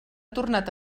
tornat